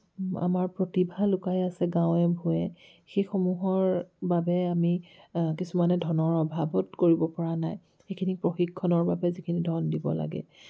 আমাৰ প্ৰতিভা লুকাই আছে গাঁৱে ভূঞে সেইসমূহৰ বাবে আমি কিছুমানে ধনৰ অভাৱত কৰিব পৰা নাই সেইখিনি প্ৰশিক্ষণৰ বাবে যিখিনি ধন দিব লাগে